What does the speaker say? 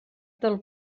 del